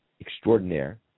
extraordinaire